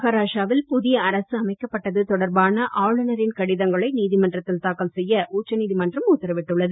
மகாராஷ்ட்ராவில் புதிய அரசு அமைக்கப்பட்டது தொடர்பான ஆளுநரின் கடிதங்களை நீதிமன்றத்தில் தாக்கல் செய்ய உச்சநீதிமன்றம் உத்தரவிட்டுள்ளது